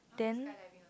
then